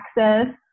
access